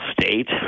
state